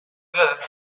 there